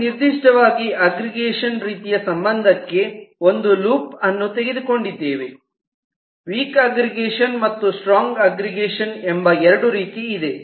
ಮತ್ತು ನಿರ್ದಿಷ್ಟವಾಗಿ ಅಗ್ರಿಗೇಷನ್ ರೀತಿಯ ಸಂಬಂಧಕ್ಕೆ ಒಂದು ಲೂಪ್ ಅನ್ನು ತೆಗೆದುಕೊಂಡಿದ್ದೇವೆ ವೀಕ್ ಅಗ್ರಿಗೇಷನ್ ಮತ್ತು ಸ್ಟ್ರಾಂಗ್ ಅಗ್ರಿಗೇಷನ್ ಎಂಬ ಎರಡು ರೀತಿ ಇದೆ